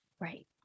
Right